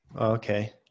Okay